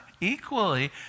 equally